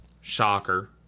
Shocker